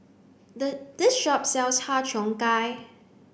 the this shop sells Har Cheong Gai